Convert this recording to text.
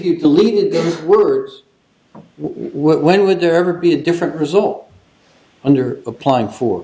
you deleted worse when would there ever be a different result under applying for